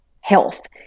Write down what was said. health